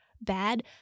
bad